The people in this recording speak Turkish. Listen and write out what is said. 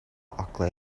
akla